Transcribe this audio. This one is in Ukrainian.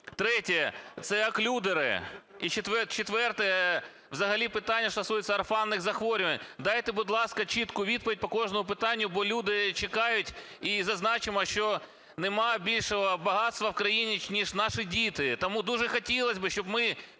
Третє - це оклюдери. І четверте – взагалі питання, що стосується орфанних захворювань. Дайте, будь ласка, чітку відповідь по кожному питанню, бо люди чекають. І зазначимо, що нема більшого багатства в країні, ніж наші діти. Тому дуже хотілося б, щоб ми